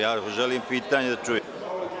Ja želim pitanje da čujem.